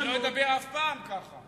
אני לא אדבר אף פעם ככה.